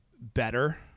better